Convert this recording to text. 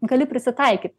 gali prisitaikyt